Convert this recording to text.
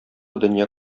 дөнья